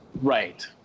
right